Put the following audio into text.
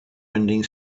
ending